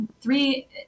Three